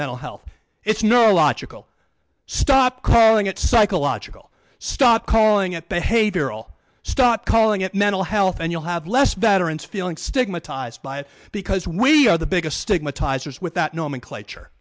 mental health it's neurological stop calling it psychological stop calling it behavioral start calling it mental health and you'll have less veterans feeling stigmatized by it because we are the biggest stigmatizes with that nomenclature